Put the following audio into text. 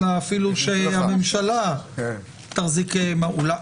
אלא אפילו שהממשלה תחזיק מעמד.